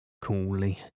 coolly